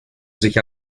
sich